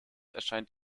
erscheint